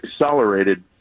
accelerated